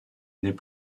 n’est